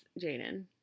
Jaden